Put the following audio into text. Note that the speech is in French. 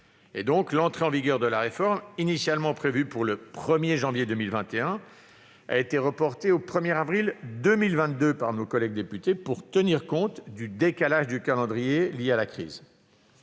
L'entrée en vigueur de la réforme, initialement prévue pour le 1janvier 2021, a été reportée au 1 avril 2022 par nos collègues députés, pour tenir compte du décalage du calendrier lié à la crise.